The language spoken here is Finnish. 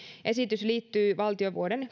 esitys liittyy valtion vuoden